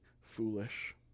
foolish